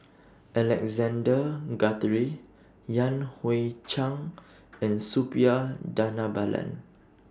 Alexander Guthrie Yan Hui Chang and Suppiah Dhanabalan